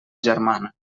germana